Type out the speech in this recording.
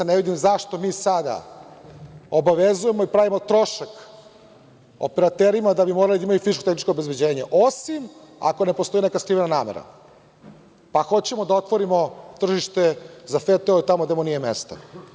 Ne vidim zašto mi sada obavezujemo i pravimo trošak operaterima da moraju da imaju fizičko-tehničko obezbeđenje, osim ako ne postoji neka skrivena namera, pa hoćemo da otvorimo tržište za FTO tamo gde mu nije mesto.